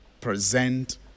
present